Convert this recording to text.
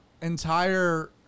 entire